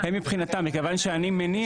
אני מבין.